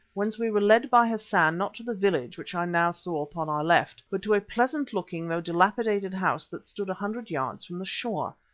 whence we were led by hassan not to the village which i now saw upon our left, but to a pleasant-looking, though dilapidated house that stood a hundred yards from the shore.